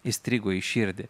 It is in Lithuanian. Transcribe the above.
įstrigo į širdį